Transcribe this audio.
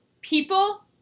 People